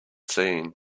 seen